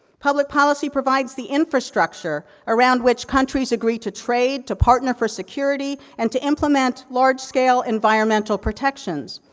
public policy provides the infrastructure around which countries agree to trade, to pardon, or for security, and to implement large-scale environmental protections.